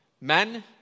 Men